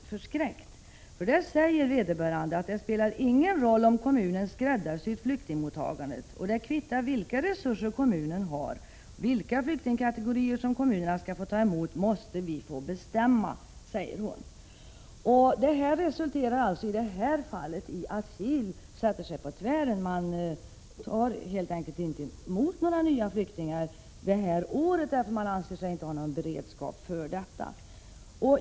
1986/87:61 Vederbörande har nämligen sagt följande: ”Det spelar ingen roll om 29 januari 1987 kommunen skräddarsyr flyktingmottagandet, och det kvittar vilka resurser kommunen harvilka flyktingkategorier kommunerna skall få ta emot måste invandrarverket få bestämma.” I detta fall blir resultatet att Kil helt enkelt inte tar emot några nya flyktingar i år, eftersom man inte anser sig ha någon beredskap för detta.